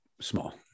small